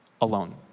alone